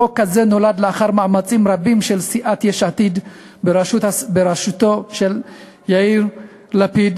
החוק הזה נולד לאחר מאמצים רבים של סיעת יש עתיד בראשותו של יאיר לפיד,